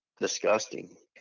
disgusting